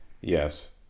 Yes